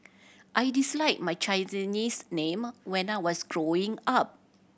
I disliked my Chinese name when I was growing up